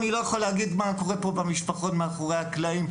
אני לא יכול להגיד מה קורה פה במשפחות מאחורי הקלעים.